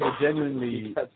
genuinely